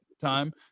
time